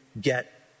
get